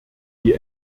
die